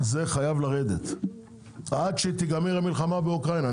זה חייב לרדת, עד שתיגמר המלחמה באוקראינה.